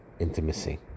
intimacy